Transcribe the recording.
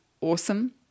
awesome